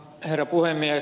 herra puhemies